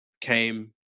came